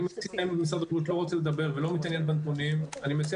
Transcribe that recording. אם משרד הבריאות לא רוצה לדבר ולא מתעניין בנתונים אני מציע